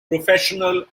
professional